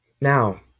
Now